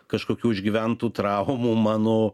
kažkokių išgyventų traumų mano